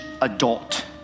adult